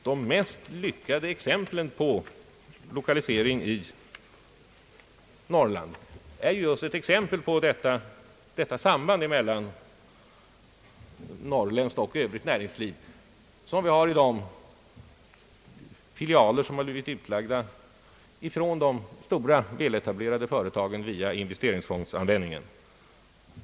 De mest lyckade exemplen på lokalisering i Norrland visar just detta samband mellan norrländskt och övrigt näringsliv, nämligen de filialer som med användande av medel ur investeringsfonderna blivit utlagda av de stora, väletablerade företagen.